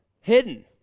Hidden